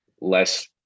less